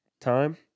time